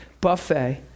buffet